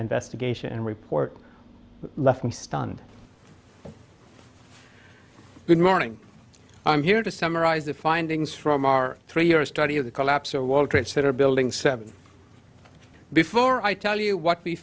geisha and report left me stunned good morning i'm here to summarize the findings from our three year study of the collapse or world trade center building seven before i tell you what we